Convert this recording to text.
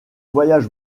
voyage